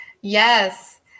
Yes